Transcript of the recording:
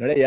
Att i